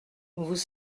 vous